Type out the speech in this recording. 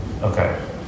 Okay